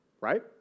Right